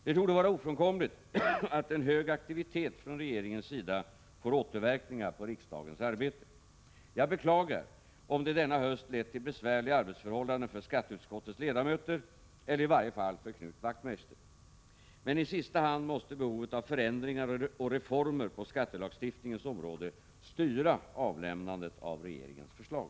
Det torde vara ofrånkomligt att en hög aktivitet från regeringens sida får återverkningar på riksdagens arbete. Jag beklagar om det denna höst lett till besvärliga arbetsförhållanden för skatteutskottets ledamöter eller i varje fall för Knut Wachtmeister. Men i sista hand måste behovet av förändringar och reformer på skattelagstiftningens område styra avlämnandet av regeringens förslag.